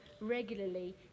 regularly